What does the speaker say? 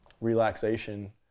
relaxation